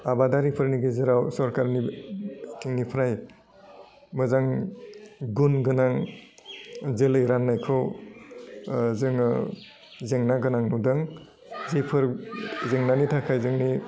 आबादारिफोरनि गेजेराव सरकारनि बिथिंनिफ्राय मोजां गुन गोनां जोलै रान्नायखौ जोङो जेंना गोनां नुदों जिफोर जेंनानि थाखाय जोंनि